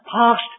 past